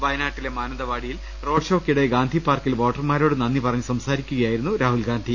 വയനാട്ടിലെ മാനന്തവാടിയിൽ റോഡ് ഷോയ്ക്കിടെ ഗാന്ധിപാർക്കിൽ വോട്ടർമാരോട്ട് നന്ദി പറഞ്ഞ് സംസാരിക്കുകയായിരുന്നു രാഹുൽ ഗാന്ധി